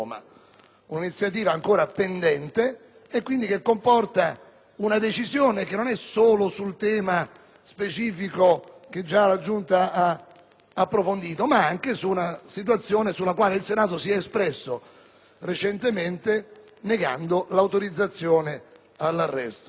un'iniziativa ancora pendente che in quanto tale comporta una decisione non solo sul tema specifico che la Giunta ha già approfondito, ma anche su una situazione rispetto alla quale il Senato si è espresso recentemente negando l'autorizzazione all'arresto.